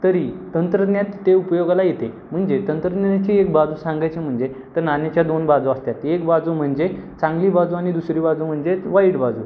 तरी तंत्रज्ञात ते उपयोगाला येते म्हणजे तंत्रज्ञानाची एक बाजू सांगायची म्हणजे तर नाण्याच्या दोन बाजू असतात एक बाजू म्हणजे चांगली बाजू आणि दुसरी बाजू म्हणजेच वाईट बाजू